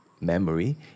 memory